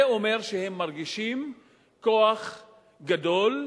זה אומר שהם מרגישים כוח גדול,